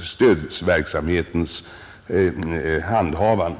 stödverksamhetens handhavande.